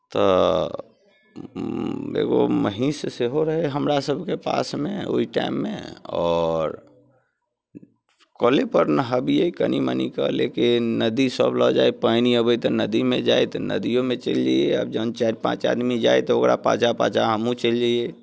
तऽ एगो महीष सेहो रहै हमरासभके पासमे ओहि टाइममे आओर कलेपर नहाबियै कनी मनी कऽ लेकिन नदी सब लऽ जाय पानि अबै तऽ नदीमे जाय तऽ नदियोमे चलि जैयै आब जखन चारि पाँच आदमी जाय तऽ ओकरा पाछाँ पाछाँ हमहूँ चलि जैयै